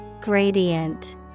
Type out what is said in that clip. Gradient